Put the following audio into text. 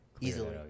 Easily